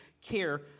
care